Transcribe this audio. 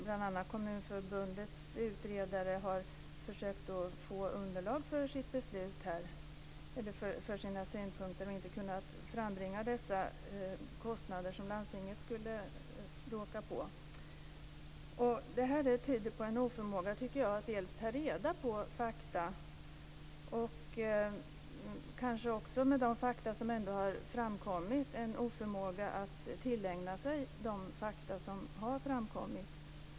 Bl.a. har Kommunförbundets utredare försökt få underlag för sitt beslut, eller för sina synpunkter, och inte kunnat frambringa de kostnader som landstinget skulle åka på. Det här tycker jag tyder på en oförmåga att ta reda på fakta och kanske också, med tanke på de fakta som ändå har framkommit, på en oförmåga att tillägna sig de fakta som har framkommit.